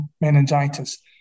meningitis